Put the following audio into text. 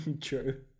true